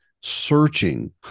searching